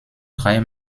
drei